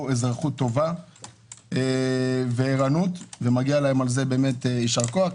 אזרחות טובה ועירנות ומגיע להם על זה יישר כוח,